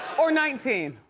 or nineteen.